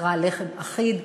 שנקרא לחם אחיד,